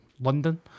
London